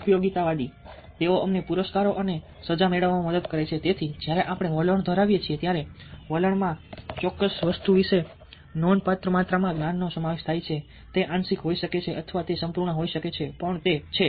ઉપયોગિતાવાદી તેઓ અમને પુરસ્કારો અને સજા મેળવવામાં મદદ કરે છે તેથી જ્યારે આપણે વલણ ધરાવીએ છીએ ત્યારે વલણમાં ચોક્કસ વસ્તુ વિશે ચોક્કસ માત્રામાં જ્ઞાનનો સમાવેશ થાય છે તે આંશિક હોઈ શકે છે અથવા તે સંપૂર્ણ હોઈ શકે છે પણ તે છે